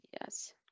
Yes